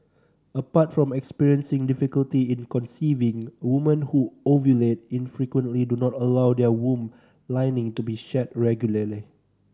apart from experiencing difficulty in conceiving woman who ovulate infrequently do not allow their womb lining to be shed regularly